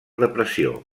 depressió